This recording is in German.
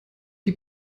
die